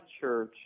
Church